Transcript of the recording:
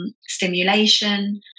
stimulation